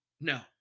No